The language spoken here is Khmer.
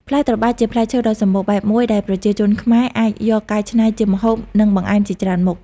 ផ្លែត្របែក ជាផ្លែឈើដ៏សម្បូរបែបមួយដែលប្រជាជនខ្មែរអាចយកកែច្នៃជាម្ហូប និងបង្អែមជាច្រើនមុខ។